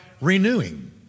renewing